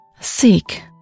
seek